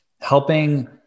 helping